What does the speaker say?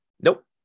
Nope